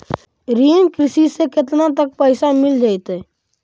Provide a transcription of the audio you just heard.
कृषि ऋण से केतना तक पैसा मिल जइतै?